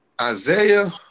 Isaiah